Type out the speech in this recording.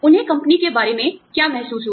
उन्हें कंपनी के बारे में क्या महसूस हुआ